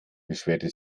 beschwerte